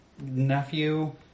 nephew